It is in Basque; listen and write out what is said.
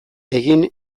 egin